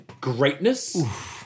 greatness